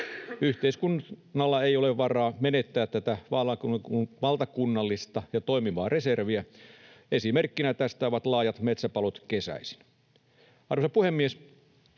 Yhteiskunnalla ei ole varaa menettää tätä valtakunnallista ja toimivaa reserviä. Esimerkkinä tästä ovat laajat metsäpalot kesäisin. Arvoisa puhemies!